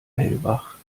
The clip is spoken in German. hellwach